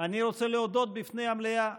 אני רוצה להודות בפני המלאה: